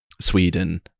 Sweden